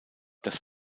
das